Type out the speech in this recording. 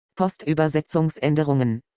Postübersetzungsänderungen